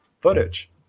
footage